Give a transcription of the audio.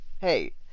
Hey